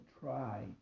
try